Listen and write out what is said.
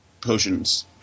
potions